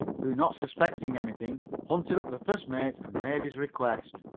who, not suspecting anything, hunted up the first mate and made his request.